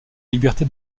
liberté